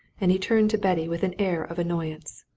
and he turned to betty with an air of annoyance.